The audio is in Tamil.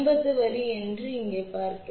எனவே இது 50 வரி என்பதை இங்கே பார்ப்போம்